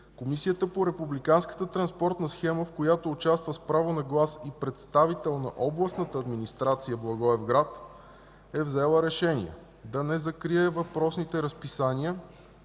Комисията по републиканската транспортна схема, в която участва с право на глас и представител на областната администрация – Благоевград, е взела решение да не закрие въпросните разписания,